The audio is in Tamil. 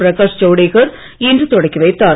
பிரகாஷ் ஜவுடேகர் இன்று தொடக்கி வைத்தார்